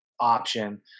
option